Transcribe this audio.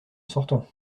sortant